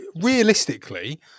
realistically